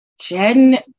Jen